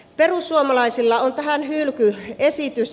perussuomalaisilla on tähän hylkyesitys